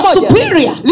superior